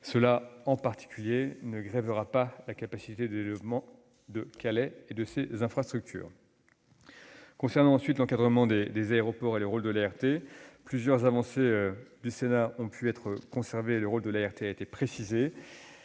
Cela ne grèvera pas la capacité de développement de Calais et de ses infrastructures. Concernant l'encadrement des aéroports et le rôle de l'ART, plusieurs avancées du Sénat ont été conservées, et le rôle de l'ART a été précisé.